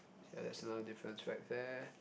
ya there's another difference right there